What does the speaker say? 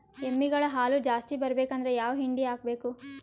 ಎಮ್ಮಿ ಗಳ ಹಾಲು ಜಾಸ್ತಿ ಬರಬೇಕಂದ್ರ ಯಾವ ಹಿಂಡಿ ಹಾಕಬೇಕು?